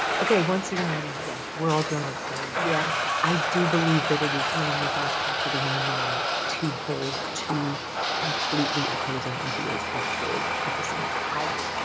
ok, once again. yes. we're all grownups here. yes. i do believe that it is humanly possible for the human mind to hold two completely opposing ideas as true at the same time. i agree.